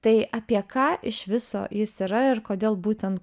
tai apie ką iš viso jis yra ir kodėl būtent